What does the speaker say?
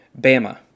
Bama